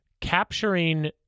capturing